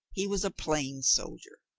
he was a plain soldier.